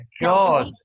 God